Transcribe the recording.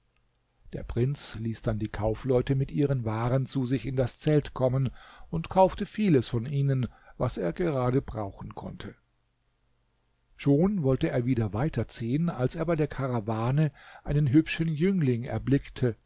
der prinz ließ dann die kaufleute mit ihren waren zu sich in das zelt kommen und kaufte vieles von ihnen was er gerade brauchen konnte schon wollte er wieder weiterziehen als er bei der karawane einen hübschen jüngling erblickte